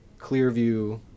Clearview